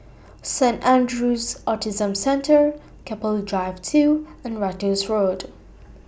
Saint Andrew's Autism Centre Keppel Drive two and Ratus Road